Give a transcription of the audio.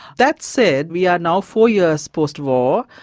that said, we are now four years post-war,